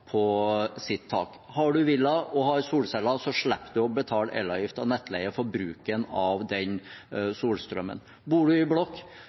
på sitt tak. Har du villa og har solceller, så slipper du å betale elavgift av nettleie for bruken av den solstrømmen. Bor du i blokk,